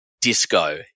disco